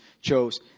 chose